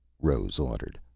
rose ordered.